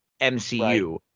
MCU